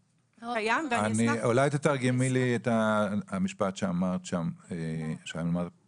אולי תתרגמי לי את המשפט שאמרת עכשיו.